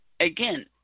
Again